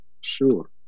Sure